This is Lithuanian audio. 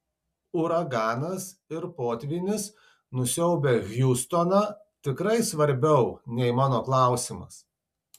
uraganas ir potvynis nusiaubę hjustoną tikrai svarbiau nei mano klausimas